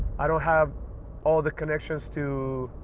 i don't have all the connections to